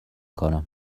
کنم